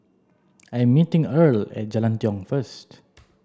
I'm meeting Earle at Jalan Tiong first